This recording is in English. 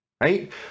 right